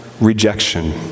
rejection